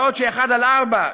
בעוד ש-1 4,